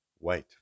Wait